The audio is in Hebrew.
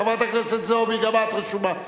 חברת הכנסת זועבי, גם את רשומה.